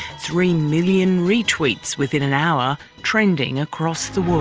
three million re-tweets within an hour, trending across the world.